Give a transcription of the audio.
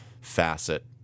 facet